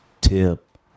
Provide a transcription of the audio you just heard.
Tip